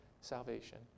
salvation